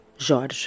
Jorge